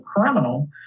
criminal